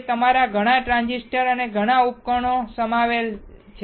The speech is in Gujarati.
અને તેમાં તમારા ઘણા ટ્રાંઝિસ્ટર ઘણા બધા ઉપકરણો શામેલ છે